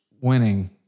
winning